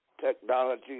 technology